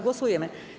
Głosujemy.